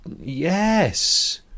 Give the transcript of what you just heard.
yes